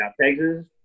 Texas